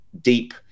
deep